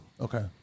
Okay